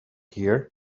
here